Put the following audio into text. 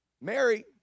Mary